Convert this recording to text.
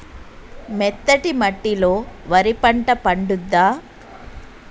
మెత్తటి మట్టిలో వరి పంట పండుద్దా?